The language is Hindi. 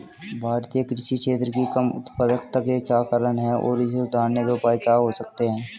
भारतीय कृषि क्षेत्र की कम उत्पादकता के क्या कारण हैं और इसे सुधारने के उपाय क्या हो सकते हैं?